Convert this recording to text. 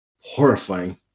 horrifying